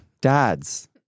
Dads